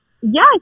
yes